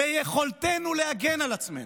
"ביכולתנו להגן על עצמנו".